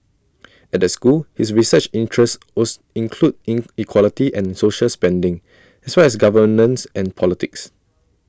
at the school his research interests was include inequality and social spending as well as governance and politics